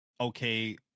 okay